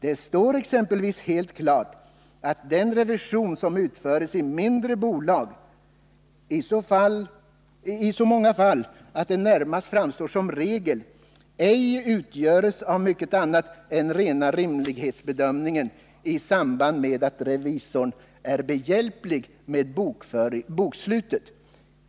Det står exempelvis helt klart att den revision som utföres i mindre bolag — i så många fall att det närmast framstår som regel —-ej utgöres av mycket annat än rena rimlighetsbedömningen i samband med att revisorn är behjälplig med bokslutet.